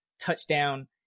touchdown